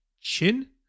chin